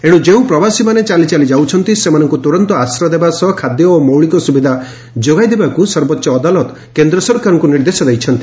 ଏଣୁ ଯେଉଁ ପ୍ରବାସୀମାନେ ଚାଲି ଚାଲି ଯାଉଛନ୍ତି ସେମାନଙ୍କୁ ତୁରନ୍ତ ଆଶ୍ରୟ ଦେବା ସହ ଖାଦ୍ୟ ଓ ମୌଳିକ ସୁବିଧା ଯୋଗାଇ ଦେବାକୁ ସର୍ବୋଚ ଅଦାଲଦ କେନ୍ଦ୍ର ସରକାରଙ୍କୁ ନିର୍ଦ୍ଦେଶ ଦେଇଛନ୍ତି